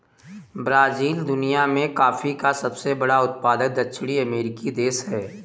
Brazil दुनिया में coffee का सबसे बड़ा उत्पादक दक्षिणी अमेरिकी देश है